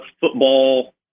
football